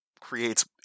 creates